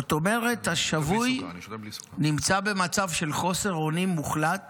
זאת אומרת, השבוי נמצא במצב של חוסר אונים מוחלט